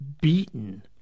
beaten